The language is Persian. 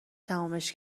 تمومش